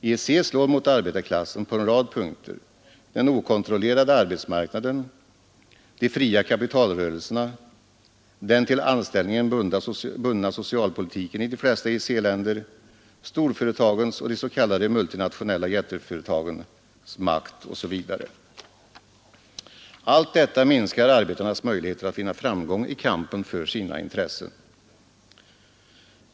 EEC slår mot arbetarklassen på en rad punkter: den okontrollerade arbetsmarknaden, de fria kapitalrörelserna, den till anställningen bundna socialpolitiken i de flesta EEC-länder, storföretagens och de s.k. multinationella jätteföretagens makt osv. Allt detta minskar arbetarnas möjligheter att vinna framgång i kampen för sina intressen.